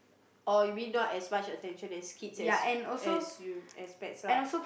oh you mean not as much attention as kids as as you as pets lah